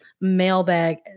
mailbag